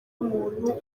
umuntu